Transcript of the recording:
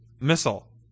missile